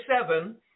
seven